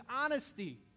honesty